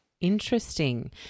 Interesting